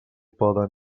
poden